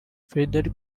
frederic